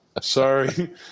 Sorry